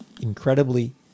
incredibly